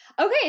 Okay